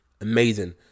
Amazing